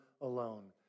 alone